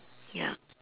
ya